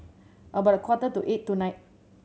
about a quarter to eight tonight